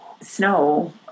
snow